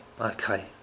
okay